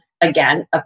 again